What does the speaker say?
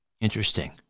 Interesting